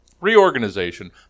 reorganization